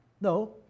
No